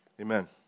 Amen